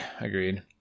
Agreed